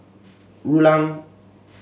Rulang